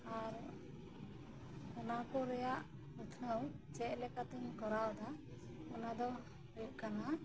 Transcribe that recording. ᱟᱨ ᱚᱱᱟᱠᱚ ᱨᱮᱭᱟᱜ ᱩᱛᱱᱟᱹᱣ ᱪᱮᱫ ᱞᱮᱠᱟᱛᱮᱧ ᱠᱚᱨᱟᱣ ᱮᱫᱟ ᱚᱱᱟᱫᱚ ᱦᱳᱭᱳᱜ ᱠᱟᱱᱟ